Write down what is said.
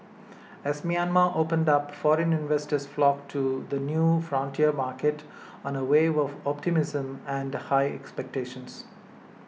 as Myanmar opened up foreign investors flocked to the new frontier market on a wave of optimism and high expectations